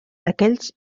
aquells